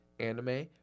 anime